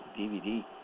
DVD